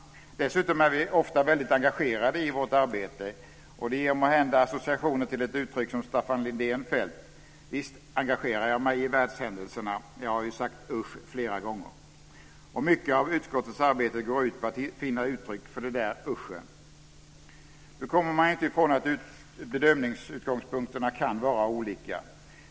Dessutom är vi ofta väldigt engagerade i vårt arbete. Det ger måhända associationer till ett uttryck som Staffan Lindén fällt: "Visst engagerar jag mig i världshändelserna. Jag har ju sagt usch flera gånger." Mycket av utskottets arbete går ut på att finna uttryck för de där "uschen". Nu kommer man ju inte ifrån att bedömningsutgångspunkterna kan vara olika.